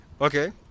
Okay